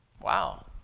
Wow